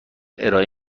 ارائه